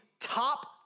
top